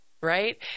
right